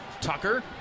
Tucker